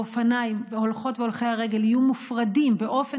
האופניים והולכות והולכי רגל יהיו מופרדים באופן